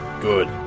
good